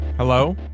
Hello